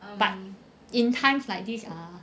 but in times like this ah